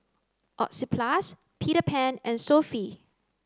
Oxyplus Peter Pan and Sofy